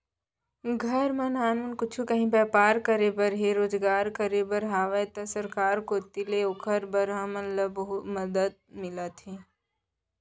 घर म नानमुन कुछु काहीं के बैपार करे बर हे रोजगार करे बर हावय त सरकार कोती ले ओकर बर हमन ल बरोबर मदद मिलत हवय